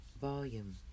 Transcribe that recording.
Volume